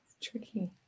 Tricky